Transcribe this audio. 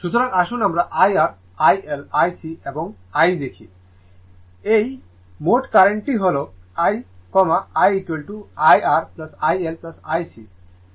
সুতরাং আসুন আমরা IR IL IC এবং I দেখি এই মোট কারেন্টটি হল I IIR IL IC KCLযদি এখানে প্রয়োগ করা হয়